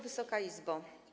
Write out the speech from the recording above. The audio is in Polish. Wysoka Izbo!